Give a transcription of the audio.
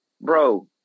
Bro